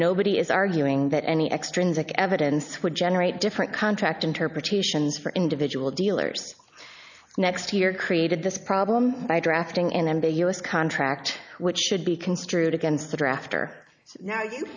nobody is arguing that any extrinsic evidence would generate different contract interpretations for individual dealers next year created this problem by drafting and a us contract which should be construed against the drafter now you